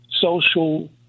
social